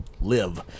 live